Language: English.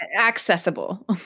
accessible